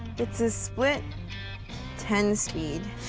it's a split ten speed.